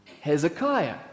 Hezekiah